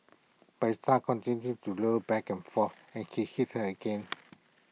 but his star continued to low back and forth and he hit her again